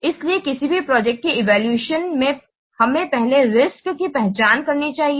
इसलिए किसी भी प्रोजेक्ट के इवैल्यूएशन में हमें पहले रिस्क्स की पहचान करनी चाहिए